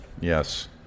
Yes